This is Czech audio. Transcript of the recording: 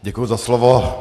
Děkuji za slovo.